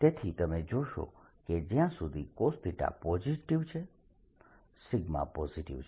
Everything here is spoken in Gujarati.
તેથી તમે જોશો કે જ્યા સુધી cos પોઝિટીવ છે પોઝિટીવ છે